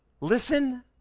listen